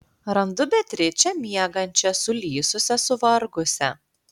randu beatričę miegančią sulysusią suvargusią